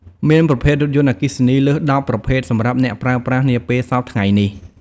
មានប្រភេទរថយន្តអគ្គិសនីលើស ១០ ប្រភេទសម្រាប់អ្នកប្រើប្រាស់នាពេលសព្វថ្ងៃនេះ។